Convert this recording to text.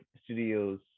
studios